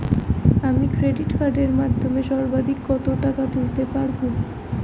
আমি ক্রেডিট কার্ডের মাধ্যমে সর্বাধিক কত টাকা তুলতে পারব?